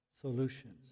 solutions